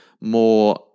more